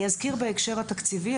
אני אזכיר את ההקשר התקציבי.